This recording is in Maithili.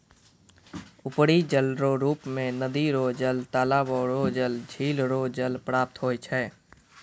उपरी जलरो रुप मे नदी रो जल, तालाबो रो जल, झिल रो जल प्राप्त होय छै